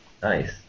Nice